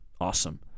awesome